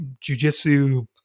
jujitsu